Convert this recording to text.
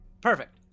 Perfect